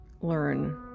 learn